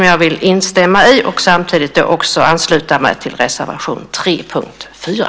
Jag vill instämma i det och samtidigt ansluta mig till reservation 3 under punkt 4.